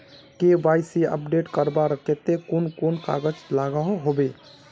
KYC update करवार केते कुन कुन कागज लागोहो होबे?